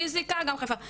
פיסיקה- גם חיפה,